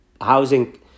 housing